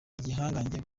igihangange